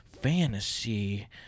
fantasy